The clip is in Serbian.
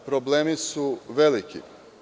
Problemi su veliki.